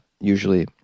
usually